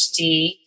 HD